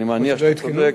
אני מניח שאתה צודק.